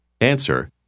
Answer